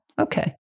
Okay